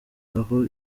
aho